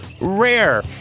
Rare